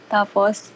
Tapos